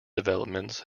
developments